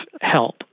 help